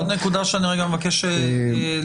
זאת נקודה שאני מבקש להבין.